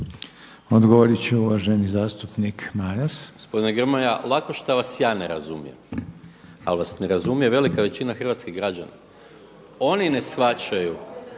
Odgovorit će uvaženi zastupnik Maras.